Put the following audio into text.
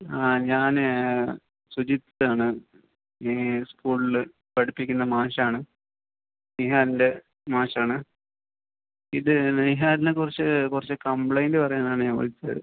ആ ഞാൻ സുജിത്താണ് ഈ സ്കൂളിൽ പഠിപ്പിക്കുന്ന മാഷ് ആണ് നിഹാലിൻ്റെ മാഷ് ആണ് ഇത് നിഹാലിനെ കുറിച്ച് കുറച്ച് കംപ്ലെയിൻ്റ് പറയാനാണ് ഞാൻ വിളിച്ചത്